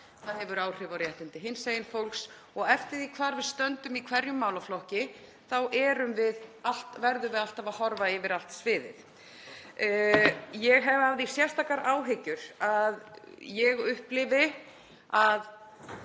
Það hefur áhrif á réttindi hinsegin fólks og eftir því hvar við stöndum í hverjum málaflokki þá verðum við alltaf að horfa yfir allt sviðið. Ég hef af því sérstakar áhyggjur að ég upplifi að